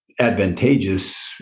advantageous